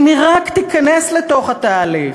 אם היא רק תיכנס לתוך התהליך.